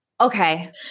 Okay